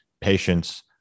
patients